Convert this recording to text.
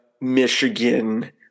Michigan